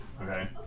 Okay